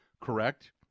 Correct